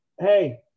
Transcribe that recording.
hey